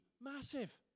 massive